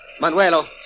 Manuelo